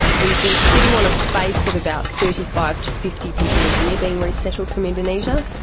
we've been sitting on a base of about thirty five to fifty people a year being resettled from indonesia.